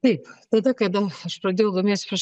taip tada kada aš pradėjau domėtis prieš